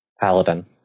Paladin